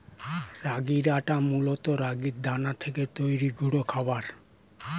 রাগির আটা মূলত রাগির দানা থেকে তৈরি গুঁড়ো খাবার